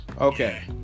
Okay